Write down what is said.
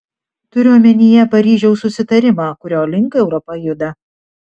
turiu omenyje paryžiaus susitarimą kurio link europa juda